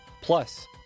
plus